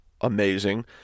amazing